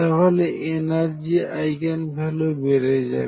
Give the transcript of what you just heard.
তাহলে energy eigen value বেড়ে যাবে